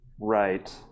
right